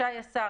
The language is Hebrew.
רשאי השר,